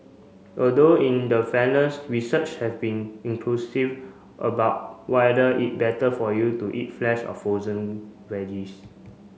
although in the fairness research have been inclusive about whether it better for you to eat fresh or frozen veggies